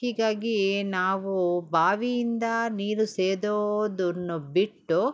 ಹೀಗಾಗಿ ನಾವು ಬಾವಿಯಿಂದ ನೀರು ಸೇದೋದನ್ನು ಬಿಟ್ಟು